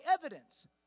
evidence